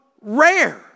rare